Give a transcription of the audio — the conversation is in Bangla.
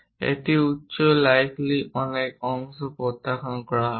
এবং উচ্চ লাইকলি অনেক অংশ প্রত্যাখ্যান করা হবে